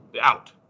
out